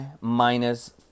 minus